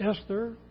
Esther